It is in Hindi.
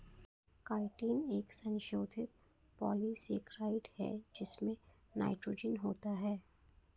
काइटिन एक संशोधित पॉलीसेकेराइड है जिसमें नाइट्रोजन होता है